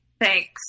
Thanks